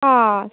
ಹಾಂ